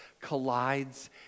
collides